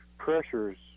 Pressures